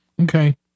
Okay